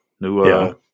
new